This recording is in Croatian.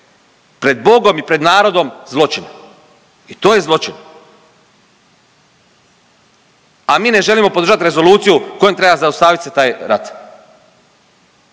pred Bogom i pred narodom zločin. I to je zločin. A mi ne želimo podržati rezoluciju kojom treba zaustavit se taj rat.